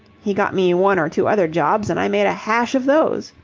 he got me one or two other jobs, and i made a hash of those.